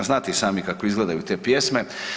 Znate i sami kako izgledaju te pjesme.